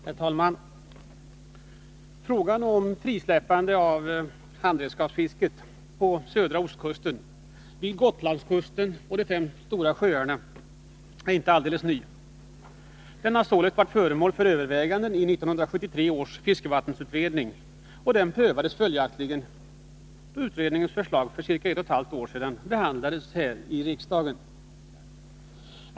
Herr talman! Frågan om frisläppande av handredskapsfisket vid södra ostkusten, Gotlandskusten och i de fem stora sjöarna är inte alldeles ny. Den har varit föremål för övervägande i 1973 års fiskevattensutredning och prövades följaktligen då utredningens förslag för ett och ett halvt år sedan behandlades här i riksdagen.